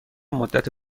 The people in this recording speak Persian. مدت